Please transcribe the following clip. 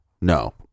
No